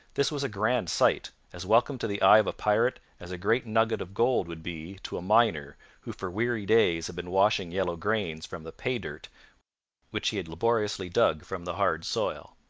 this was a grand sight, as welcome to the eye of a pirate as a great nugget of gold would be to a miner who for weary days had been washing yellow grains from the pay dirt which he had laboriously dug from the hard soil.